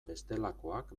bestelakoak